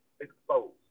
exposed